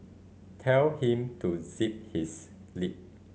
tell him to zip his lip